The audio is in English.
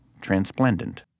transplendent